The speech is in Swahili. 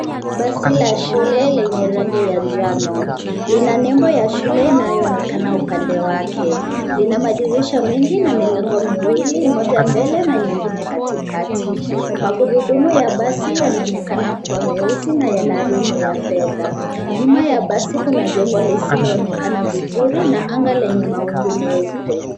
Basi la shule lenye rangi ya Nano lina nembo ya shule linalonekana pande wake. Lina madirisha mengi na milango miwili moja mbele na lingine katikati . Magurudumu ya basi yanaonekana kuwa meusi na Yana rimu ya fedha. Nyuma ya basi kuna jengo lisilo onekana vizuri na anga lenye mawingu meupe